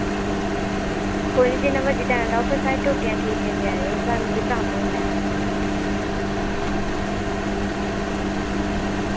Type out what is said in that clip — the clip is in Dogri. कोई निं जिन्ना मर्जी टैम पर साढ़ी टूटियां ठीक करी जायो स्हानू बी कम्म होंदा ऐ